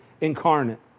incarnate